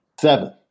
Seven